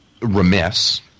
remiss